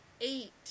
eight